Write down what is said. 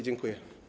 Dziękuję.